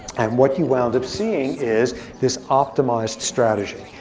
and what you wound up seeing is this optimized strategy.